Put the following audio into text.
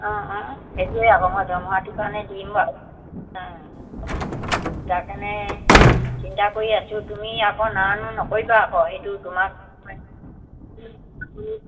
অঁ সেইটোৱে আকৌ মই দৰমহাটোৰ কাৰণে দিম বাৰু তাৰ কাৰণে চিন্তা কৰি আছোঁ তুমি আকৌ না নো নকৰিবা আকৌ সেইটো তোমাক মই